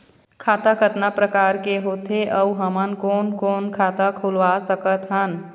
खाता कतका प्रकार के होथे अऊ हमन कोन कोन खाता खुलवा सकत हन?